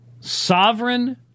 sovereign